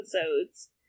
episodes